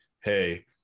Hey